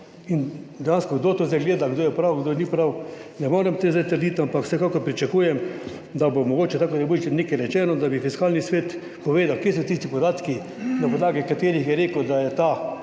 In dejansko, kdo to zdaj gleda, kdo ima prav, kdo nima prav, tega ne morem te zdaj trditi, ampak vsekakor pričakujem, da bo mogoče, tako kot je bilo že nekaj rečeno, Fiskalni svet povedal, kje so tisti podatki, na podlagi katerih je rekel, da je ta